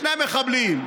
שני מחבלים,